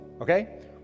okay